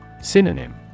Synonym